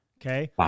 okay